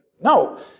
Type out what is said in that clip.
No